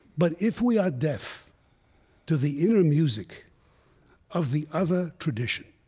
but if we are deaf to the inner music of the other tradition,